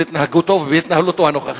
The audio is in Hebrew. בהתנהגותו ובהתנהלותו הנוכחית.